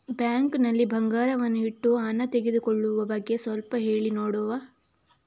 Bank ನಲ್ಲಿ ಬಂಗಾರವನ್ನು ಇಟ್ಟು ಹಣ ತೆಗೆದುಕೊಳ್ಳುವ ಬಗ್ಗೆ ಸ್ವಲ್ಪ ಹೇಳಿ ನೋಡುವ?